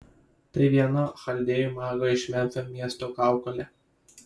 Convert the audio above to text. tai vieno chaldėjų mago iš memfio miesto kaukolė